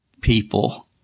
people